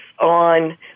on